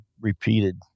repeated